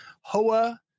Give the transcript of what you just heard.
hoa